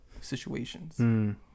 situations